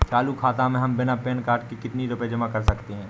चालू खाता में हम बिना पैन कार्ड के कितनी रूपए जमा कर सकते हैं?